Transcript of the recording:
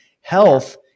Health